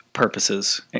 Purposes